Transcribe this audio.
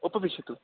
उपविशतु